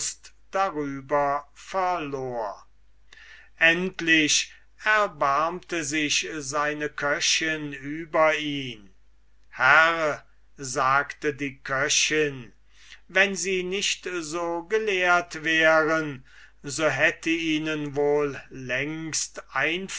darüber verlor endlich erbarmte sich seine köchin über ihn herr sagte die köchin wenn sie nicht so gelehrt wären so hätte ihnen wohl längst